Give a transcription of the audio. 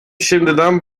şimdiden